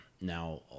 Now